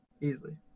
easily